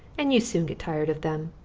and you soon get tired of them.